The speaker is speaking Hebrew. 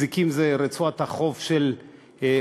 חוף זיקים הוא רצועת החוף של עוטף-עזה,